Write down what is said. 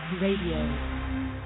Radio